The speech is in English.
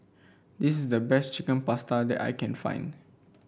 this is the best Chicken Pasta that I can find